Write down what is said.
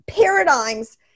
paradigms